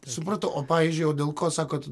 supratau o pavyzdžiui o dėl ko sakot